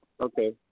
okay